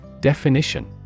Definition